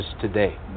today